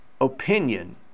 opinion